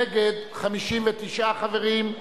נגד, 59 חברים.